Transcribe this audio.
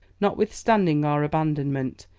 notwithstanding our abandonment,